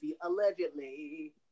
Allegedly